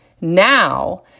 Now